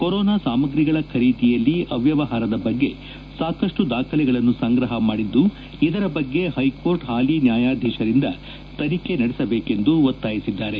corona ಸಾಮಗ್ರಿಗಳ ಖರೀದಿಯಲ್ಲಿ ಅವ್ವವಹಾರದ ಬಗ್ಗೆ ಸಾಕಷ್ಟು ದಾಖಲೆಗಳನ್ನು ಸಂಗ್ರಹ ಮಾಡಿದ್ದು ಇದರ ಬಗ್ಗೆ ಹೈಕೋರ್ಟ್ ಹಾಲಿ ನ್ಯಾಯಾಧೀಶರಿಂದ ತನಿಖೆ ನಡೆಸಬೇಕೆಂದು ಒತ್ತಾಯಿಸಿದ್ದಾರೆ